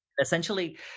Essentially